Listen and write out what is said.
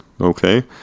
okay